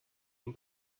den